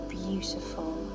beautiful